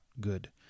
good